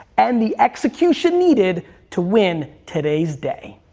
and the execution needed to win today's day.